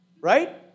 Right